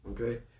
Okay